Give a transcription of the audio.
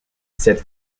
cette